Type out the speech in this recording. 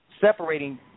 separating